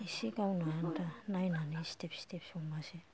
एसे गावनो आनथा नायनानै सिदोब सिदोब संबासो